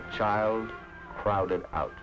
child crowded out